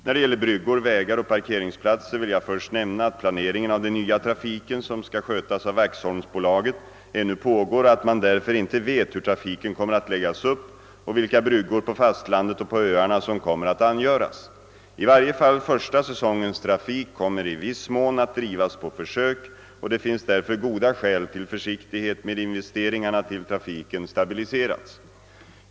När det gäller bryggor, vägar och parkeringsplatser vill jag först nämna, att planeringen av den nya trafiken, som skall skötas av Waxholmsbolaget, ännu pågår och att man därför inte vet hur trafiken kommer att läggas upp och vilka bryggor på fastlandet och på öarna som kommer att angöras. I varje fall första säsongens trafik kommer i viss mån att drivas på försök, och det finns därför goda skäl till försiktighet med investeringarna tills trafiken stabiliserats.